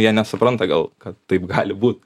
jie nesupranta gal kad taip gali būt